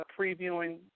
previewing